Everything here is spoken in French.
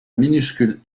minuscule